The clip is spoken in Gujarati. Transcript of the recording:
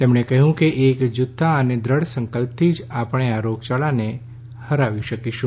તેમણે કહ્યું કે એકજુથતા અને દ્રઢ સંકલ્પથી જ આપણે આ રોગચાળાને હરાવી શકીશું